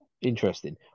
Interesting